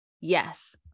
yes